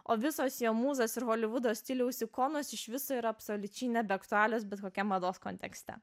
o visos jo mūzos ir holivudo stiliaus ikonos iš viso yra absoliučiai nebeaktualios bet kokia mados kontekste